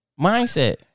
Mindset